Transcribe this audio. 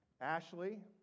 Ashley